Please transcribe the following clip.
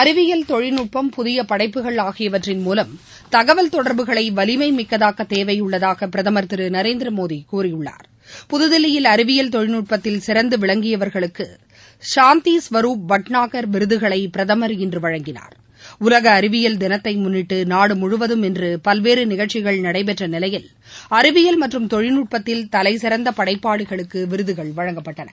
அறிவியல் தொழில்நுட்பம் புதிய படைப்புகள் ஆகியவற்றின் மூலம் தகவல் தொடர்புகளை வலிமைமிக்கத்தாக்க தேவையுள்ளதாக பிரதமர் திரு நரேந்திர மோடி கூறியுள்ளார் புதுதில்லியில் அறிவியல் தொழில்நட்பத்தில் சிறந்து விளங்கியவர்களுக்கு சாந்தி ஸ்வருப் பட்நாகர் விருதுகளை பிரதமர் இன்று வழங்கினார் உலக அறிவியல் தினத்தை முன்னிட்டு நாடுமுழுவதம் இன்று பல்வேறு நிகழ்ச்சிகள் நடைபெற்ற நிலையில் அறிவியல் மற்றும் தொழில்நுட்பத்தில் தலைசிறந்த படைப்பாளிகளுக்கு விருதுகள் வழங்கப்பட்டன